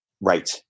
Right